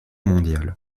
mondiales